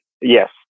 yes